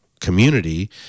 community